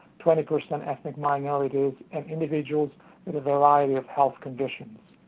twenty percent ethnic minorities, and individuals in a variety of health conditions.